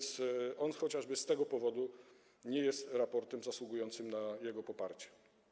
Chociażby z tego powodu nie jest raportem zasługującym na poparcie.